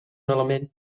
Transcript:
element